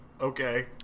okay